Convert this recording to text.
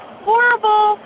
horrible